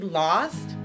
lost